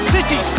City